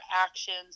actions